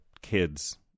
kids